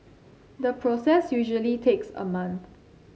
the process usually takes a month